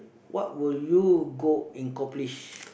what would you go and accomplish